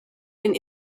den